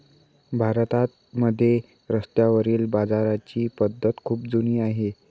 भारतामध्ये रस्त्यावरील बाजाराची पद्धत खूप जुनी आहे